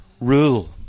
rule